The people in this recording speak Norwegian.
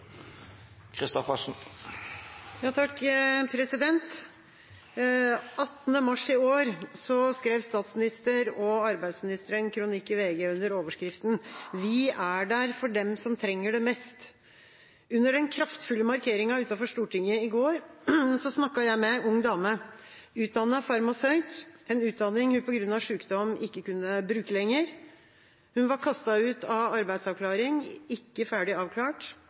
mars i år skrev statsministeren og arbeidsministeren en kronikk i VG under overskriften «Vi er der for de som trenger det mest». Under den kraftfulle markeringen utenfor Stortinget i går snakket jeg med en ung dame, utdannet farmasøyt, en utdanning hun på grunn av sykdom ikke kunne bruke lenger. Hun var kastet ut av arbeidsavklaring, ikke ferdig avklart.